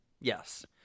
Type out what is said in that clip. yes